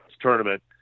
tournament